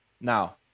Now